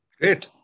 Great